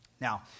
Now